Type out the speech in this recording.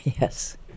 Yes